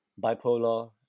bipolar